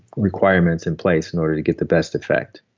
requirements in place in order to get the best effect.